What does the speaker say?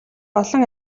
олон